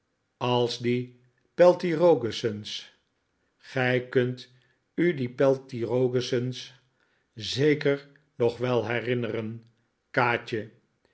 als die peltirogus'sen gij zult u die peltirogus'sen zeker nog wel herinneren kaatje